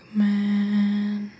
man